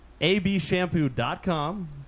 abshampoo.com